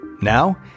Now